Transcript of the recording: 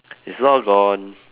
it's all gone